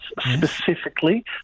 specifically